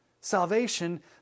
salvation